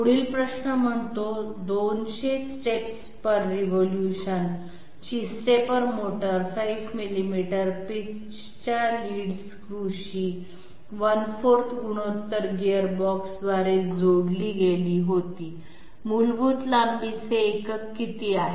पुढील प्रश्न म्हणतो 200 स्टेप्स प्रति रिवोल्यूशन ची स्टेपर मोटर 5 मिलीमीटर पिचच्या लीड स्क्रूशी ¼ गुणोत्तर गियरबॉक्सद्वारे जोडली गेली होती मूलभूत लांबीचे एकक किती आहे